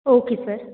okay sir